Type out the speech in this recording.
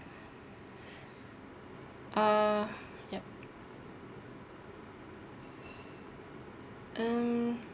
err yup um